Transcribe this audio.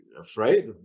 afraid